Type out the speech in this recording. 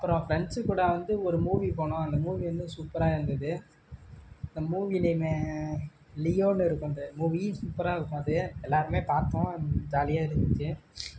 அப்புறம் ஃப்ரெண்ட்ஸு கூட வந்து ஒரு மூவி போனோம் அந்த மூவி வந்து சூப்பராக இருந்துது அந்த மூவி நேமு லியோன்னு இருக்கும் அந்த மூவி சூப்பராக இருக்கும் அது எல்லோருமே பார்த்தோம் ஜாலியாக இருந்திச்சு